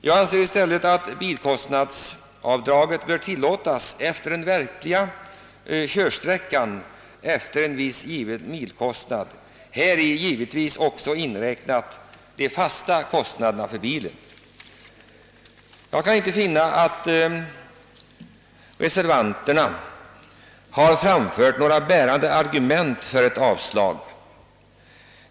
Jag anser i stället att bilkostnadsavdragen bör tillämpas efter den verkliga körsträckan enligt en viss given milkostnad. Häri bör givetvis också inräknas de fasta kostnaderna för bilen. Jag kan inte finna att reservanterna har framfört några bärande argument för ett avslag.